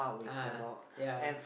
(uh huh) yeah